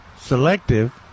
selective